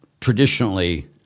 traditionally